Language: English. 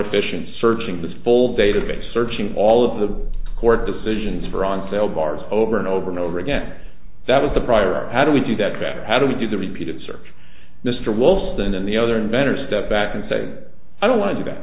efficient searching the full database searching all of the court decisions for on sale bars over and over and over again that was the prior art how do we do that data how do we do the repeated search mr woolston and the other inventors step back and say i don't want to go